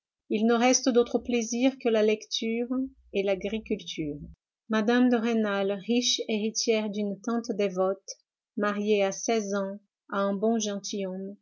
il ne reste d'autre plaisir que la lecture et l'agriculture mme de rênal riche héritière d'une tante dévote mariée à seize ans à un bon